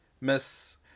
miss